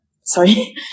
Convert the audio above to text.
sorry